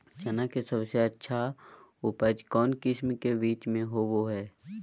चना के सबसे अच्छा उपज कौन किस्म के बीच में होबो हय?